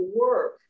work